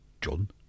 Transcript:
John